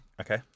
Okay